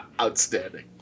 Outstanding